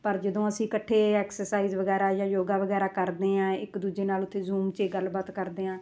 ਪਰ ਜਦੋਂ ਅਸੀਂ ਇਕੱਠੇ ਐਕਸਰਸਾਈਜ਼ ਵਗੈਰਾ ਜਾਂ ਯੋਗਾ ਵਗੈਰਾ ਕਰਦੇ ਹਾਂ ਇੱਕ ਦੂਜੇ ਨਾਲ ਉੱਥੇ ਜ਼ੂਮ 'ਚ ਗੱਲਬਾਤ ਕਰਦੇ ਹਾਂ